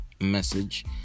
message